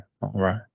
right